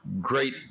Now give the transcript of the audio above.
great